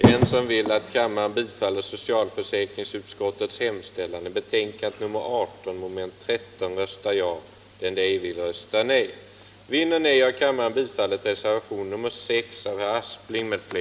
Herr talman! Majoriteten avvaktar med förtröstan utvecklingen. den det ej vill röstar nej.